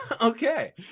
Okay